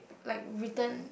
like written